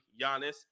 Giannis